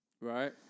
Right